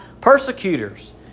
persecutors